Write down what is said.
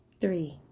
Three